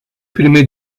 prime